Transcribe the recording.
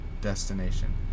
destination